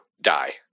die